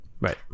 Right